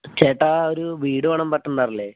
ചേട്ടാ ഒരു വീട് വേണം പട്ടം നഗറിൽ